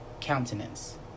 countenance